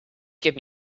give